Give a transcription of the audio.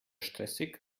stressig